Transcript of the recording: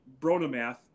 Bronomath